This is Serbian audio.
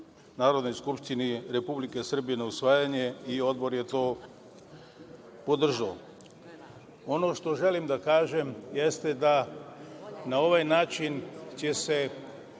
Narodnoj skupštini Republike Srbije na usvajanje i Odbor je to podržao. Ono što želim da kažem jeste da na ovaj način će se